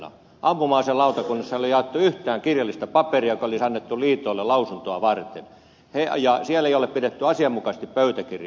ampuma aselautakunnassa ei ole jaettu yhtään kirjallista paperia joka olisi annettu liitoille lausuntoa varten ja siellä ei ole pidetty asianmukaisesti pöytäkirjaa